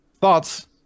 thoughts